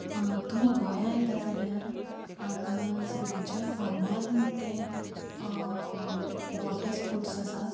तुमी गोंयांत येता जाल्यार हांगा सगल्याच्या फामाद म्हणटा तें वॉटरस्पोर्टस आसा